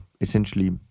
essentially